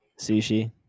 Sushi